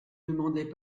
demandaient